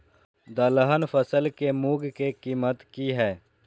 दलहन फसल के मूँग के कीमत की हय?